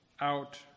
out